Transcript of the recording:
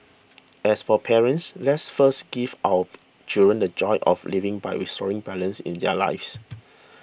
as for parents let's first give our children the joy of living by restoring balance in their lives